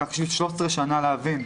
לקח לי 13 שנים להבין.